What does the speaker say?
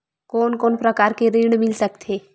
कोन कोन प्रकार के ऋण मिल सकथे?